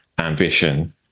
ambition